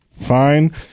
fine